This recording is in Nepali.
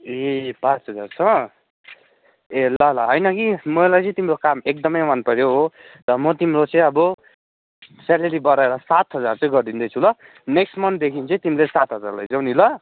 ए पाँच हजार छ ए ल ल होइन कि मलाई चाहिँ तिम्रो काम एकदमै मनपर्यो हो र म तिम्रो चाहिँ अब स्यालेरी बढाएर सात हजार चाहिँ गरिदिँदैछु ल नेक्स्ट मन्थदेखि चाहिँ तिमीले सात हजार लैजाऊ नि ल